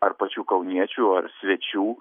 ar pačių kauniečių ar svečių